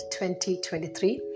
2023